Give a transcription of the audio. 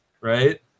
right